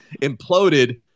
imploded